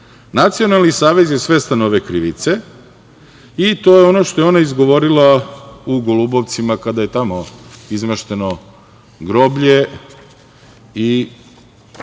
Nacionalni savez je svestan ove krivice i to je ono što je ona izgovorila u Golubovcima kada je tamo izmešteno groblje i